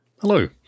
Hello